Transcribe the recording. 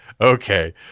okay